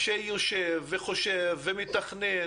שיושב וחושב ומתכנן.